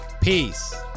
Peace